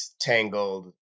Tangled